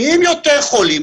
נהיים יותר חולים,